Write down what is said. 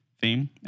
Theme